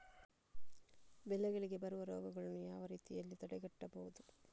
ಬೆಳೆಗಳಿಗೆ ಬರುವ ರೋಗಗಳನ್ನು ಯಾವ ರೀತಿಯಲ್ಲಿ ತಡೆಗಟ್ಟಬಹುದು?